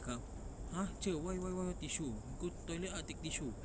cakap !huh! teacher why why why why tissue go toilet ah take tissue